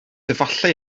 efallai